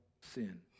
sin